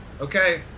Okay